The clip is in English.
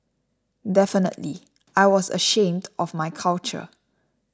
definitely I was ashamed of my culture